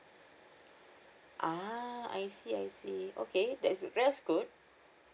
ah I see I see okay that's good that's good